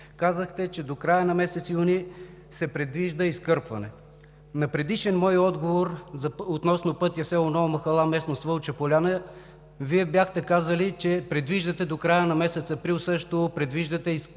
Казахте, че до края на месец юни се предвижда изкърпване. На предишен мой въпрос относно пътя село Нова махала – местност Вълча поляна Вие бяхте казали, че до края на месец април също предвиждате поне изкърпване.